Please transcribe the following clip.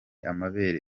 amabere